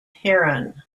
heron